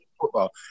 football